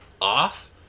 off